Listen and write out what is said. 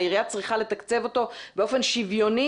העירייה צריכה לתקצב אותו באופן שוויוני